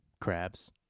crabs